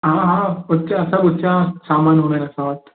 हा हा ऊचा सभु ऊचा सामान वग़ैरह असां वटि